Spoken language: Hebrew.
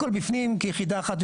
הכל בפנים כיחידה אחת.